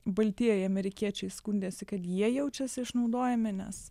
baltieji amerikiečiai skundėsi kad jie jaučiasi išnaudojami nes